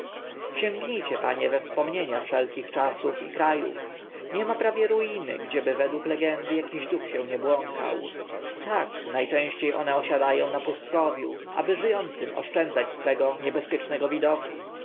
wydae sięgnijcie panie we wspomnienia wszelkich czasów i kra ów nie ma prawie ruiny gdzie by według legendy akiś duch się nie błąkał tak na częście one osiada ą na pustkowiu aby ży ącym oszczędzać swego niebezpiecznego widoku